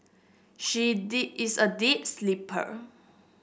she is a deep sleeper